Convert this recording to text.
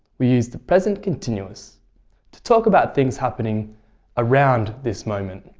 we use the present continuous to talk about things happening around this moment,